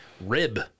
rib